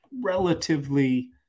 relatively